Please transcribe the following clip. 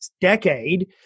decade